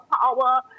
power